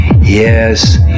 Yes